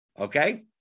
Okay